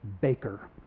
baker